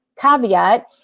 caveat